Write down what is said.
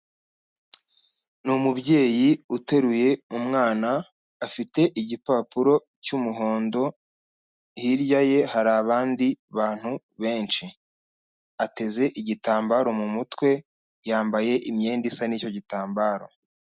Ni umubyeyi uteruye umwana, afite igipapuro cy'umuhondo, hirya ye hari abandi bantu benshi. Ateze igitambaro mu mutwe, yambaye imyenda isa n'icyo gitambaro.